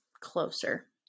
closer